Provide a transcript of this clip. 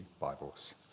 Bibles